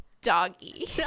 doggy